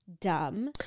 dumb